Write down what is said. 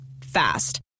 Fast